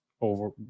over